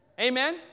Amen